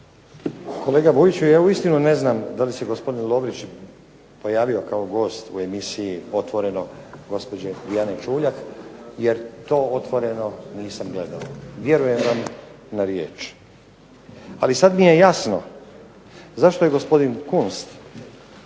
Kolega Vujiću ja uistinu ne znam da li se gospodin Lovrić pojavio kao gost u emisiji "Otvoreno" gospođe Dijane Čuljak jer to "Otvoreno" nisam gledao. Vjerujem vam na riječ. Ali, sad mi je jasno zašto je gospodin Kunst